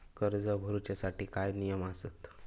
कर्ज भरूच्या साठी काय नियम आसत?